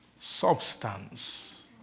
substance